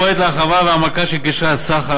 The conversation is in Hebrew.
פועלת להרחבה ולהעמקה של קשרי הסחר,